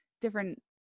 different